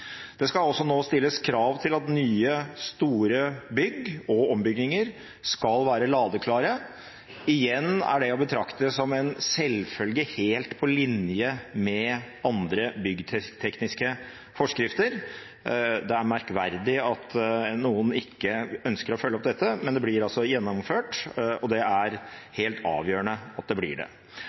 Det skal også nå stilles krav til at nye, store bygg og ombygginger skal være ladeklare. Igjen er det å betrakte som en selvfølge – helt på linje med andre byggtekniske forskrifter. Det er merkverdig at noen ikke ønsker å følge opp dette, men det blir altså gjennomført, og det er helt avgjørende at det blir det.